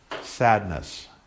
sadness